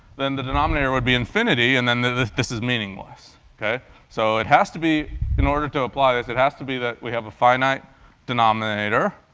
then the denominator would be infinity and then this is meaningless, ok? so it has to be in order to apply, it has to be that we have a finite denominator.